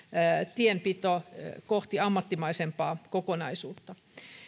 tienpito kohti ammattimaisempaa kokonaisuutta